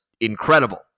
incredible